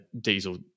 diesel